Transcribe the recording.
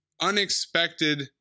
unexpected